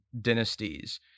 dynasties